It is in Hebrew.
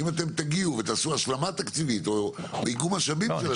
אם אתם תגיעו ותעשו השלמה תקציבית או איגום משאבים של הדברים האלה.